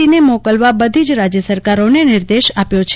C ને મોકલવા બધી જ રાજ્ય સરકારોને નિર્દેશ આપ્યો છે